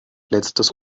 letztes